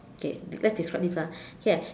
okay let's describe this lah here